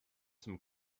some